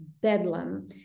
bedlam